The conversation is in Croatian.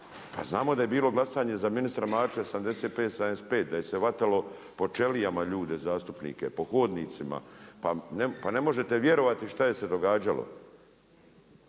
Pa znamo da je bilo glasanje za ministra Marića 75:75, da se je hvatalo po ćelijama ljude, zastupnike, po hodnicima, pa ne možete vjerovati šta se je događalo.